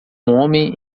homem